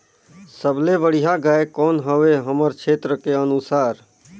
सबले बढ़िया गाय कौन हवे हमर क्षेत्र के अनुसार?